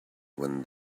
when